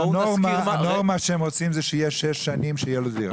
הנורמה שהם רוצים זה שיהיה שש שנים שתהיה לו דירה.